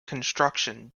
construction